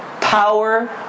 power